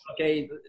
Okay